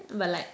but like